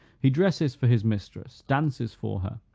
he dresses for his mistress, dances for her,